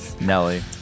Nelly